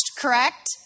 correct